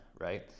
right